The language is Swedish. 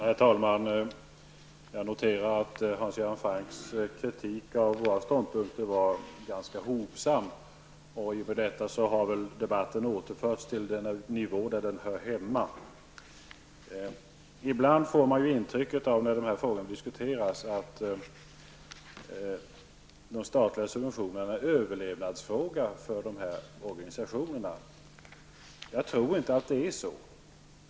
Herr talman! Jag noterar att Hans Göran Francks kritik av våra ståndpunker var ganska hovsam, och i och med detta har väl debatten återförts till den nivå där den hör hemma. Ibland får man det intrycket när dessa frågor diskuteras att de statliga subventionerna är en överlevnadsfråga för de berörda organisationerna. Jag tror inte att det är så.